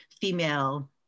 female